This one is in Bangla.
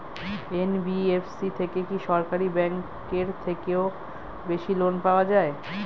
এন.বি.এফ.সি থেকে কি সরকারি ব্যাংক এর থেকেও বেশি লোন পাওয়া যায়?